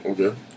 Okay